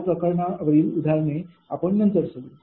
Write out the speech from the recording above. या प्रकरणावरील उदाहरणे आपण नंतर सोडवू